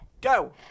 Go